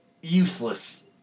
useless